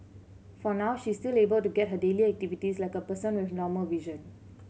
for now she is still able to get her daily activities like a person with normal vision